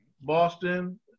Boston